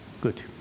Good